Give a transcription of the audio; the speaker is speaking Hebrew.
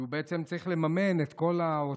כי הוא בעצם צריך לממן את כל ההוצאות